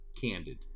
candid